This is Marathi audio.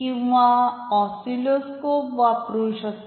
किंवा ऑसीलोस्कोप वापरू शकता